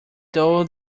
though